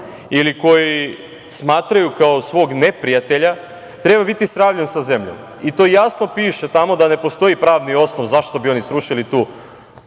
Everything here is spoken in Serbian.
ili koji smatraju kao svog neprijatelja treba biti sravljen sa zemljom i to jasno piše tamo da ne postoji pravni osnov zašto bi oni srušili tu